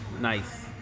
Nice